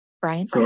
Brian